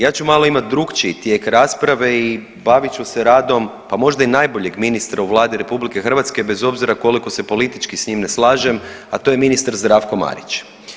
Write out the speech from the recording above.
Ja ću malo imat drukčiji tijek rasprave i bavit ću se radom, pa možda i najboljeg ministra u Vladi RH bez obzira koliko se politički s njim ne slažem, a to je ministar Zdravko Marić.